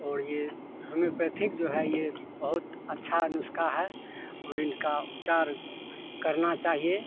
और यह होमोपैथिक जो है यह बहुत अच्छा नुस्खा है और इनका उपचार करना चाहिए